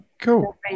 cool